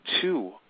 two